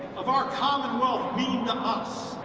of our commonwealth, mean to us.